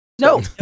No